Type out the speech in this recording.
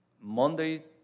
Monday